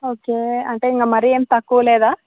okay అంటే ఇంక మరీ ఏం తక్కువలేదా